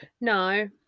No